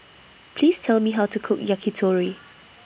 Please Tell Me How to Cook Yakitori